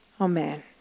Amen